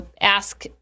ask